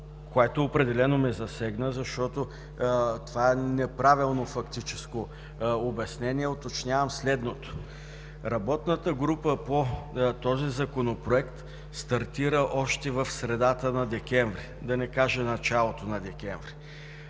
което определено ме засегна, защото това е неправилно фактическо обяснение, уточнявам следното. Работната група по този Законопроект стартира още в средата на месец декември, да не кажа началото на декември.